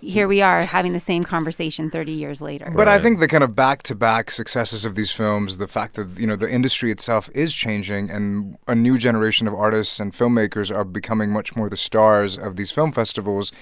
here we are having the same conversation thirty years later but i think the kind of back-to-back successes of these films, the fact that, you know, the industry itself is changing and a new generation of artists and filmmakers are becoming much more the stars of these film festivals,